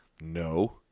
No